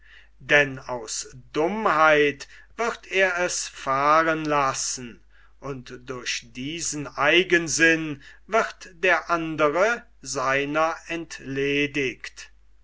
denn aus dummheit wird er es fahren lassen und durch diesen eigensinn wird der andre seiner entledigt